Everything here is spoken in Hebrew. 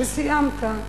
וסיימת,